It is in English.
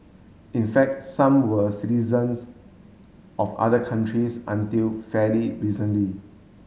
in fact some were citizens of other countries until fairly recently